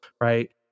right